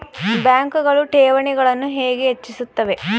ಬ್ಯಾಂಕುಗಳು ಠೇವಣಿಗಳನ್ನು ಹೇಗೆ ಹೆಚ್ಚಿಸುತ್ತವೆ?